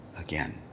again